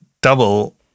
Double